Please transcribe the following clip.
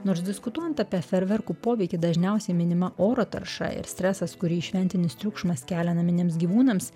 nors diskutuojant apie ferverkų poveikį dažniausiai minima oro tarša ir stresas kurį šventinis triukšmas kelia naminiams gyvūnams